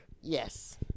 yes